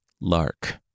lark